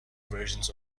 versions